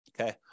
Okay